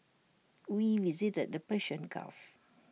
we visited the Persian gulf